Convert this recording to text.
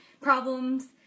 problems